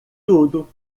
tudo